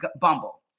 Bumble